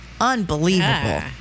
Unbelievable